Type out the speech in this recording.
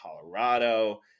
Colorado